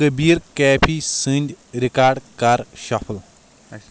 Kabir cafe سٕندۍ record کر shuffle